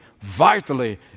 vitally